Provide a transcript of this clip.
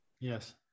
yes